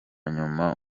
nyuma